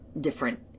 different